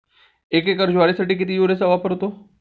एक एकर ज्वारीसाठी किती युरियाचा वापर होतो?